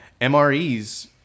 MREs